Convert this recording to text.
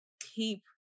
keep